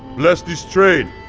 bless this trade,